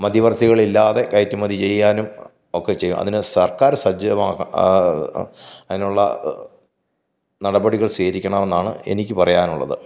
മധ്യവർത്തികളില്ലാതെ കയറ്റുമതി ചെയ്യാനും ഒക്കെ ചെയ്യും അതിന് സർക്കാർ സജ്ജമാകണം അതിനുള്ള നടപടികൾ സ്വീകരിക്കണമെന്നാണ് എനിക്ക് പറയാനുള്ളത്